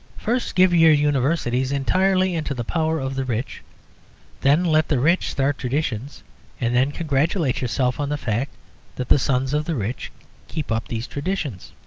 first give your universities entirely into the power of the rich then let the rich start traditions and then congratulate yourselves on the fact that the sons of the rich keep up these traditions.